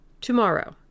Tomorrow